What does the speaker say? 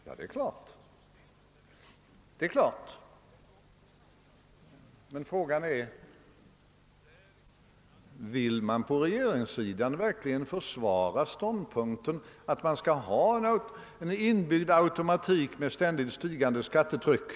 Ja, det är klart. Men frågan är om man på regeringssidan verkligen vill försvara en i skattesystemet inbyggd automatik som åstadkommer ett ständigt stigande skattetryck.